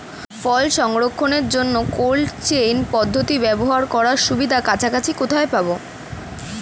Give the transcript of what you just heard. ফল সংরক্ষণের জন্য cold chain পদ্ধতি ব্যবহার করার সুবিধা কাছাকাছি কোথায় পাবো?